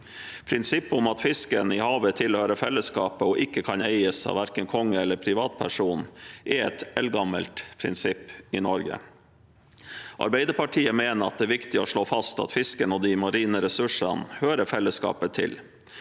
Prinsippet om at fisken i havet tilhører fellesskapet og ikke kan eies av verken konge eller privatpersoner, er et eldgammelt prinsipp i Norge. Arbeiderpartiet mener at det er viktig å slå fast at fisken og de marine ressursene hører fellesskapet til.